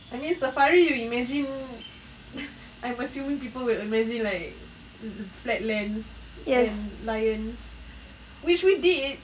I mean safari we imagine I'm assuming people will imagine like flat lands and lions which we did